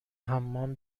حمام